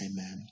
amen